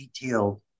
detailed